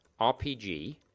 RPG